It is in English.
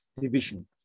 division